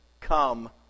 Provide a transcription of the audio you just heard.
come